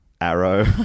Arrow